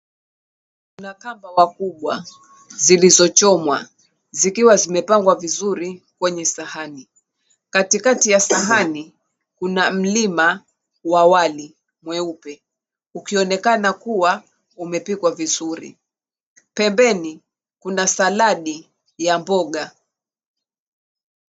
Kuna kanga wakubwa, zilizochomwa zikiwa zimepangwa vizuri kwenye sahani. Katika ya sahani kuna mlima wa wali mweupe ukionekana kuwa umepikwa vizuri. Pembeni kuna saladi ya mboga.